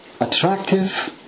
Attractive